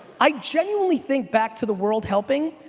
i genuinely think back to the world helping.